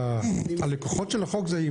לקבוע תקופת מעבר שבה אפשר יהיה להמשיך לשווק מוצרים